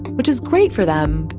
which is great for them.